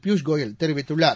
பியூஷ் கோயல் தெரிவித்துள்ளார்